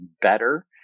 better